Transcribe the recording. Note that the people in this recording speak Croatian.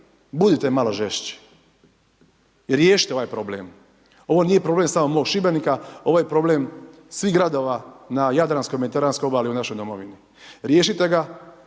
budite malo žešći. Riješite ovaj problem. Ovo nije problem samo mog Šibenika, ovo je problem svih gradova na jadranskoj, mediteranskoj obali u našoj domovini. Riješite ga